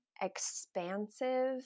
expansive